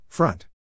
Front